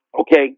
Okay